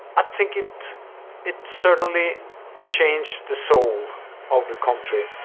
i think it it certainly changed the soul of the country.